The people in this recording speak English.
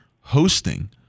hosting